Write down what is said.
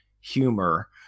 humor